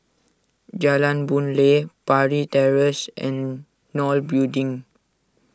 Jalan Boon Lay Parry Terrace and Nol Building